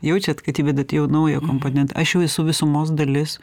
jaučiat kad įvedat jau naują komponentą aš jau esu visumos dalis